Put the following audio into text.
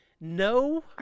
No